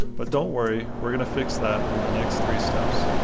but don't worry, we're going to fix that in the next three steps.